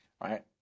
right